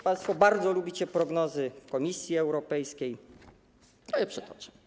Państwo bardzo lubicie prognozy Komisji Europejskiej, to je przytoczę.